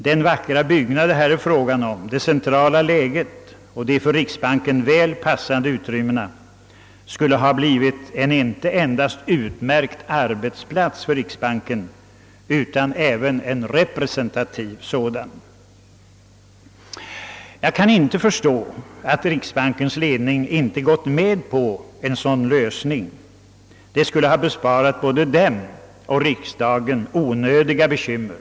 Den vackra byggnad det här är fråga om med det centrala läget och de för riksbanken väl passande utrymmena skulle ha blivit en inte endast utmärkt arbetsplats för riksbanken utan även en representativ sådan. Jag kan inte förstå att riksbanksledningen inte gått med på en sådan lösning. Det skulle ha besparat både den och riksdagen onödiga bekymmer.